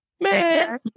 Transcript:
Man